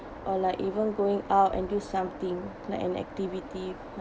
or like even going out and do something like an activity how~